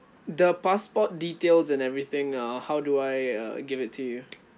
the passport details and everything uh how do I uh give it to you